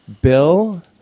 Bill